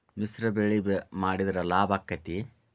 ಮಿಶ್ರ ಬೆಳಿ ಮಾಡಿದ್ರ ಲಾಭ ಆಕ್ಕೆತಿ?